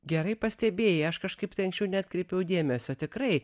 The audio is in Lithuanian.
gerai pastebėjai aš kažkaip tai anksčiau neatkreipiau dėmesio tikrai